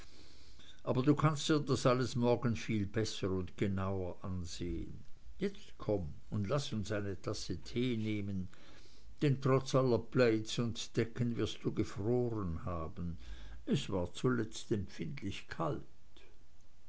aber das kannst du dir alles morgen viel besser und genauer ansehen jetzt komm und laß uns eine tasse tee nehmen denn trotz aller plaids und decken wirst du gefroren haben es war zuletzt empfindlich kalt